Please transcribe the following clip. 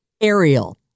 Ariel